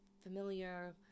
familiar